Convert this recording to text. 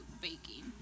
baking